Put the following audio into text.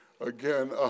again